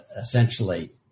essentially